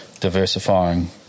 diversifying